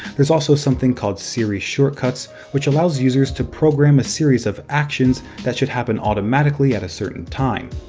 there's also something called siri shortcuts, which allows users to program a series of actions that should happen automatically at a certain time.